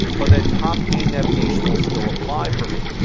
but that top-hand navigation will still apply for me.